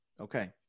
Okay